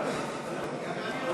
בדבר הפחתת תקציב לא נתקבלו.